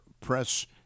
Press